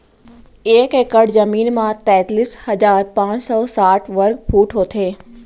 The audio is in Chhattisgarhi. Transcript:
एक एकड़ जमीन मा तैतलीस हजार पाँच सौ साठ वर्ग फुट होथे